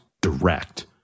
direct